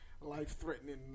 life-threatening